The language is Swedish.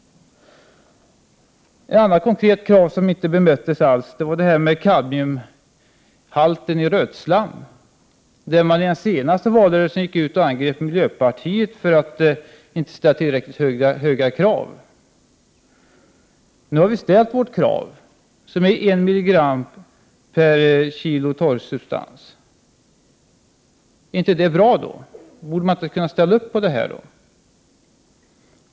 Ett konkret krav som inte bemötts alls är det om kadmiumhalten i rötslam. I den senaste valrörelsen angrep man miljöpartiet för att inte ställa tillräckligt höga krav. Nu har vi ställt vårt krav, som är ett milligram per kilo torrsubstans. Är inte det bra då? Borde man inte kunna ställa upp på det?